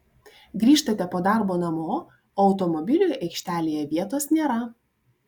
grįžtate po darbo namo o automobiliui aikštelėje vietos nėra